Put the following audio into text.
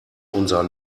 unser